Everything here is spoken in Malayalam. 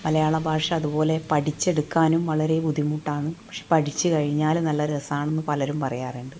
മലയാള ഭാഷ അതുപോലെ പഠിച്ചെടുക്കാനും വളരെ ബുദ്ധിമുട്ടാണ് പക്ഷേ പഠിച്ചു കഴിഞ്ഞാൽ നല്ല രസമാണെന്ന് പലരും പറയാറുണ്ട്